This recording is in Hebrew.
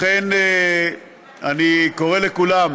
לכן אני קורא לכולם